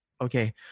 Okay